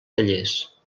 tallers